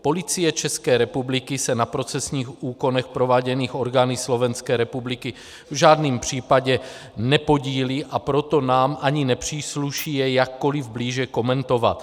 Policie České republiky se na procesních úkonech prováděných orgány Slovenské republiky v žádném případě nepodílí, a proto nám ani nepřísluší je jakkoli blíže komentovat.